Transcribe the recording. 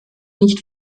nicht